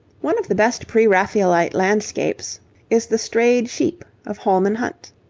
one of the best pre-raphaelite landscapes is the strayed sheep of holman hunt.